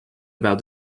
about